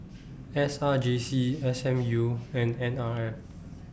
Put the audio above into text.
S R J C S M U and N R F